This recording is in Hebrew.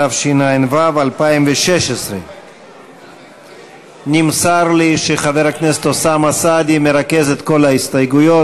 התשע"ו 2016. נמסר לי שחבר הכנסת אוסאמה סעדי מרכז את כל ההסתייגויות,